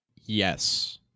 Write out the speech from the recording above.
Yes